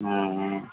ம்ம்